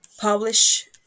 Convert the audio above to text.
publish